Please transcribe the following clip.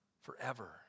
forever